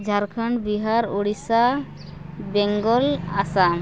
Jharkhand Bihar Odisha Bengal Assam